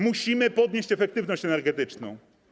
Musimy podnieść efektywność energetyczną.